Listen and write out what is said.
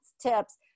tips